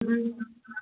ꯎꯝ